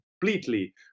completely